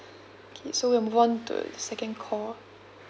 okay so we'll move on to second call